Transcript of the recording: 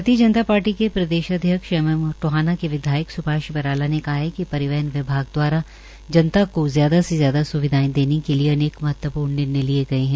भारतीय जनता पार्टी के प्रदेशाध्यक्ष एवं टोहाना के विधायक सुभाष बरालाने कहा है कि परिवहन विभाग दवारा जनता को ज्यादा से ज्यादा स्विधाएं देने के लिए अनेक महत्वपूर्ण निर्णय लिए गए है